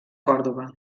còrdova